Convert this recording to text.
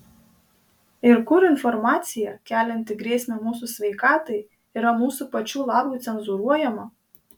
ir kur informacija kelianti grėsmę mūsų sveikatai yra mūsų pačių labui cenzūruojama